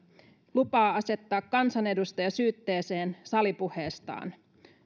lupaa asettaa kansanedustaja syytteeseen salipuheestaan